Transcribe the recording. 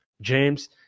James